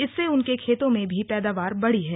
इससे उनके खेतों में भी पैदावार बढ़ी है